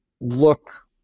look